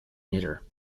knitter